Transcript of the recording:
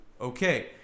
Okay